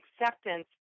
acceptance